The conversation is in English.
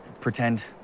Pretend